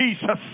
Jesus